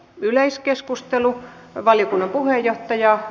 yleiskeskustelu ja valiokunnan puheenjohtaja